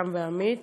יותם ועמית,